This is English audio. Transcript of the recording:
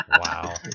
Wow